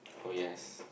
oh yes